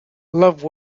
love